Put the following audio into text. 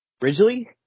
Ridgely